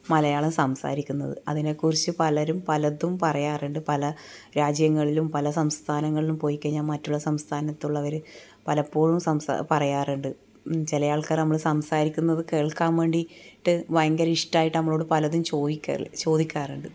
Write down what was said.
മലയാളം സംസാരിക്കുന്നത് അതിനെക്കുറിച്ച് പലരും പലതും പറയാറുണ്ട് പല രാജ്യങ്ങളിലും പല സംസ്ഥാനങ്ങളിലും പോയിക്കഴിഞ്ഞാൽ മറ്റുള്ള സംസ്ഥാനത്തുള്ളവർ പലപ്പോഴും സംസ പറയാറുണ്ട് ചില ആൾക്കാർ നമ്മൾ സംസാരിക്കുന്നത് കേൾക്കാൻ വേണ്ടിയിട്ട് ഭയങ്കര ഇഷ്ടമായിട്ട് നമ്മളോട് പലതും ചോദിക്ക ചോദിക്കാറുണ്ട്